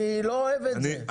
אני לא אוהב את זה.